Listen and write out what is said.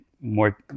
more